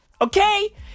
Okay